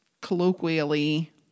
colloquially